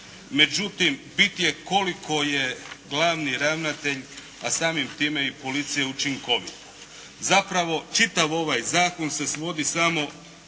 Međutim bit je koliko je glavni ravnatelj, a samim time i policija učinkovita. Zapravo čitav ovaj zakon se svodi samo